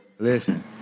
Listen